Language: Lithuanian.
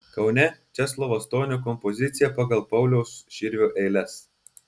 kaune česlovo stonio kompozicija pagal pauliaus širvio eiles